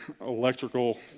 electrical